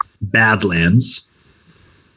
Badlands